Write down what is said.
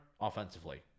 offensively